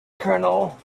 kernel